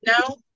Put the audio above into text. No